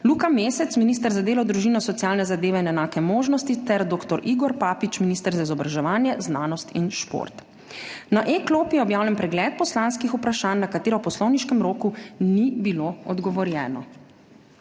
Luka Mesec, minister za delo, družino, socialne zadeve in enake možnosti, ter dr. Igor Papič, minister za izobraževanje, znanost in šport. Na e-klopi je objavljen pregled poslanskih vprašanj, na katera v poslovniškem roku ni bilo odgovorjeno.